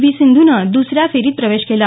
V सिंधूनं दुसऱ्या फेरीत प्रवेश केला